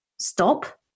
stop